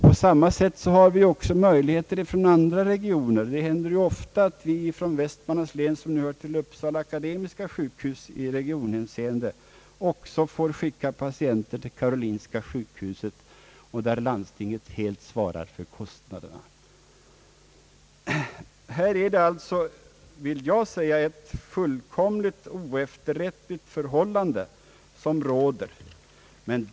På samma sätt har man möjligheter till remiss från andra regioner. Det händer ofta, att vi ifrån Västmanlands län, som hör till Uppsala akademiska sjukhus i regionhänseende, får skicka patienter till karolinska sjukhuset, varvid landstinget helt svarar för kostnaderna. I fråga om våra läkares löneoch anställningsförhållanden råder alltså ett fullkomligt oefterrättligt förhållande.